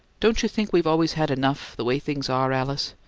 don't you think we've always had enough, the way things are, alice?